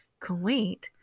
kuwait